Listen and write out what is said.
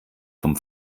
vom